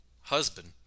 husband